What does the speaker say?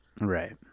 Right